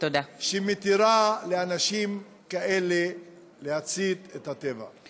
שמתירים לאנשים כאלה להצית את הטבע ואת האנשים?